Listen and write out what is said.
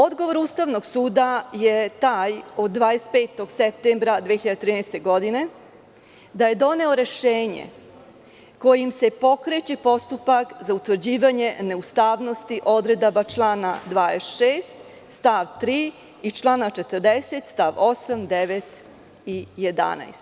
Odgovor Ustavnog suda je taj od 25. septembra 2013. godine, da je doneo rešenje kojim se pokreće postupak za utvrđivanje neustavnosti odredaba člana 26. stav 3. i člana 40. stav 8, 9. i 11.